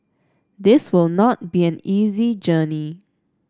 this will not be an easy journey